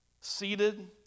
seated